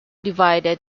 divided